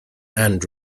and